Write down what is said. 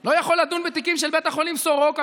לא יכול לדון בתיקים של בית החולים סורוקה,